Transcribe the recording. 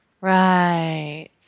Right